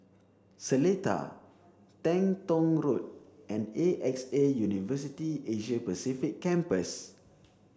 Seletar Teng Tong Road and A X A University Asia Pacific Campus